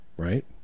Right